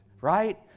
right